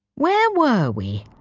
where were we?